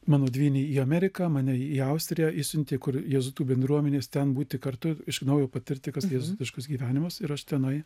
mano dvynį į ameriką mane į austriją išsiuntė kur jėzuitų bendruomenės ten būti kartu iš naujo patirti kas tai jėzuitiškas gyvenimas ir aš tenai